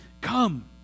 Come